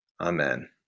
Amen